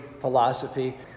philosophy